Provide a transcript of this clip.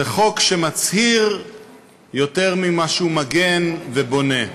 זה חוק שמצהיר יותר ממה שהוא מגן ובונה.